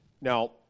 Now